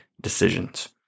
decisions